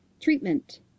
Treatment